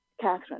Catherine